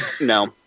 no